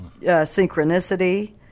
synchronicity